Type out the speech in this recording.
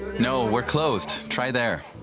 you know we're closed. try there!